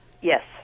Yes